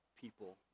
people